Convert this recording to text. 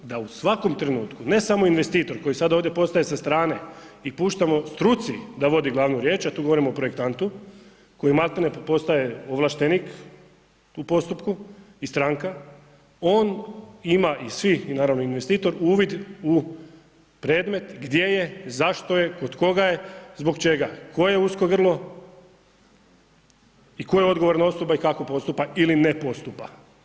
Da u svakom trenutku, ne samo investitor koji sad ovdje postaje sa strane i puštamo struci da vodi glavnu riječ, a tu govorimo o projektantu, koji maltene postaje ovlaštenik u postupku i stranku, on ima i svi, naravno i investitor uvid u predmet gdje je, zašto je, kod koga je, zbog čega, koje ... i tko je odgovorna osoba i kako postupa ili ne postupa.